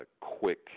quick